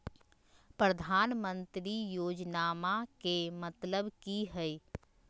प्रधानमंत्री योजनामा के मतलब कि हय?